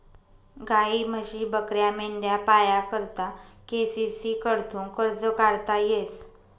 गायी, म्हशी, बकऱ्या, मेंढ्या पाया करता के.सी.सी कडथून कर्ज काढता येस